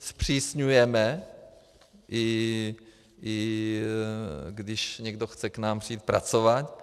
Zpřísňujeme, i když někdo chce k nám přijít pracovat.